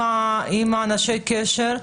אנשי קשר,